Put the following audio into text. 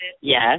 Yes